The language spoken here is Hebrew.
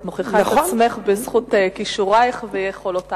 את מוכיחה את עצמך בזכות כישורייך ויכולותייך.